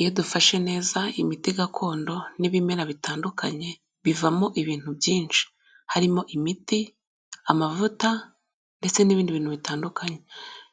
Iyo dufashe neza imiti gakondo n'ibimera bitandukanye, bivamo ibintu byinshi. Harimo imiti, amavuta ,ndetse n'ibindi bintu bitandukanye.